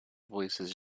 voices